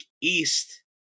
East